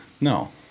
No